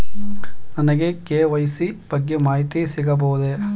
ನನಗೆ ಕೆ.ವೈ.ಸಿ ಬಗ್ಗೆ ಮಾಹಿತಿ ಸಿಗಬಹುದೇ?